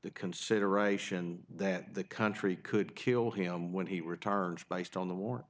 the consideration that the country could kill him when he returns by still in the war